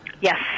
Yes